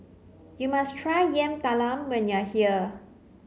you must try Yam Talam when you are here